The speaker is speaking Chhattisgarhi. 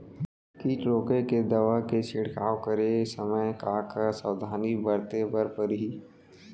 किट रोके के दवा के छिड़काव करे समय, का का सावधानी बरते बर परही?